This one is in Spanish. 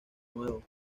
nuevo